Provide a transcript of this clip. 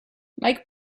mike